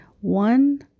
One